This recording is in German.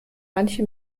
manche